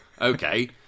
okay